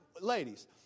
Ladies